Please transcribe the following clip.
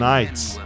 Nights